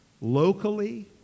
locally